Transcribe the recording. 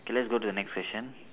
okay let's go to the next question